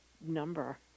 number